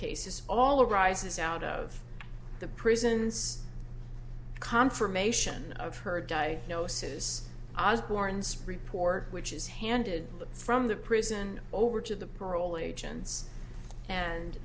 case is all arises out of the prisons confirmation of her diagnosis as bourne's report which is handed down from the prison over to the parole agents and